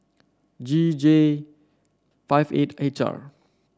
G J five eight H R